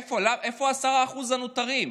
איפה ה-10 הנותרים?